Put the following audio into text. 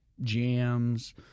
jams